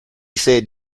said